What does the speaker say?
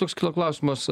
toks kilo klausimas